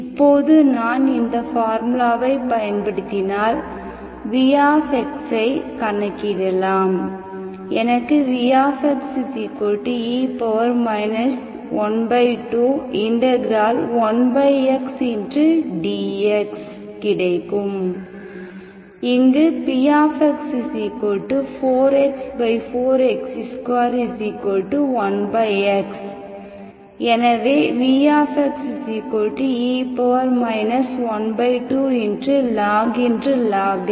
இப்போது நான் இந்த பார்முலாவை பயன்படுத்தினால் v ஐக் கணக்கிடலாம் எனக்கு vxe 121xdxகிடைக்கும் இங்கு px4x4x21x எனவே vxe 12log x 1x